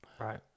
Right